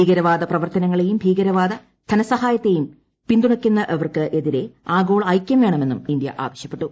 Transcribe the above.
ഭീകരവാദ പ്രവർത്തനങ്ങളെയും ഭീകരവാദ ധനസഹായത്തെയും പിന്തുണയ്ക്കുന്നവർക്കെതിരെ ആഗോള ഐക്യം വേണമെന്നും ഇന്ത്യ ആവശ്യപ്പെട്ടു